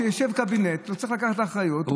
שיושב קבינט והוא צריך לקחת אחריות,